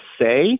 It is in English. say